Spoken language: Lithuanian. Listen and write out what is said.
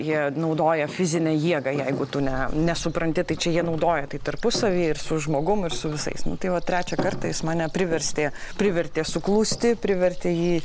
jie naudoja fizinę jėgą jeigu tu ne nesupranti tai čia jie naudoja tai tarpusavy ir su žmogum ir su visais nu tai va trečią kartą jis mane priverstė privertė suklusti privertė jį